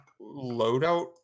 loadout